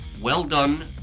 well-done